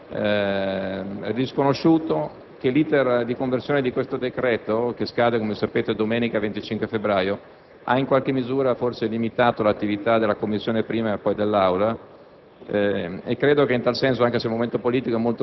È vero, e credo che non possa essere disconosciuto, che l'*iter* di conversione di questo decreto-legge, che scade come sapete domenica 25 febbraio, ha in qualche misura forse limitato l'attività della Commissione prima e dell'Aula